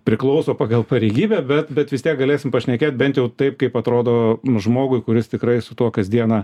priklauso pagal pareigybę bet bet vis tiek galėsim pašnekėti bent jau taip kaip atrodo žmogui kuris tikrai su tuo kasdieną